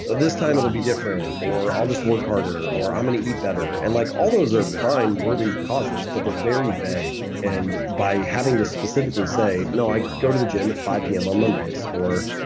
ah this time it will be different, or, i'll just work harder, or, i'm going to eat better. and like all those are fine worthy causes, but they're very vague. vague. and by having to specifically say, no, i go to the gym at five p m. on mondays, or,